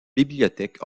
bibliothèque